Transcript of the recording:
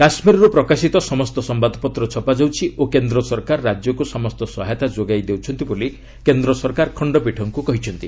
କାଶ୍ମୀରରୁ ପ୍ରକାଶିତ ସମସ୍ତ ସମ୍ଭାଦପତ୍ର ଛପା ଯାଉଛି ଓ କେନ୍ଦ୍ର ସରକାର ରାଜ୍ୟକୁ ସମସ୍ତ ସହାୟତା ଯୋଗାଇ ଦେଉଛନ୍ତି ବୋଲି କେନ୍ଦ୍ର ସରକାର ଖଣ୍ଡପୀଠଙ୍କୁ କହିଛନ୍ତି